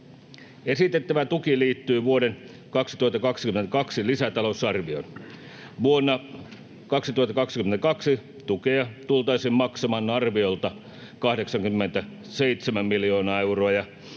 Esitettävä tuki liittyy vuoden 2022 lisätalousarvioon. Vuonna 2022 tukea tultaisiin maksamaan arviolta 87 miljoonaa euroa